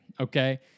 okay